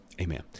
amen